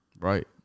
Right